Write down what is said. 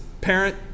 parent